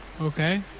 Okay